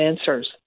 answers